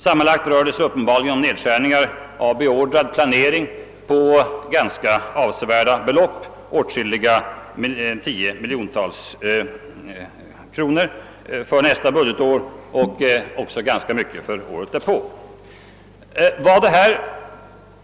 Sammanlagt rör det sig om nedskärningar av beordrade projekt på ganska avsevärda belopp, åtskilliga tiotal miljoner kronor för nästa budgetår och ganska mycket också för året därpå.